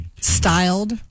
Styled